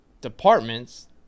departments –